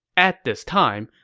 at this time,